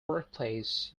workplace